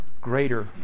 greater